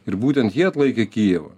ir būtent jie atlaikė kijevą